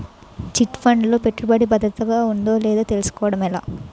Chit fund లో పెట్టుబడికి భద్రత ఉందో లేదో తెలుసుకోవటం ఎలా?